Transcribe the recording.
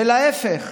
ולהפך.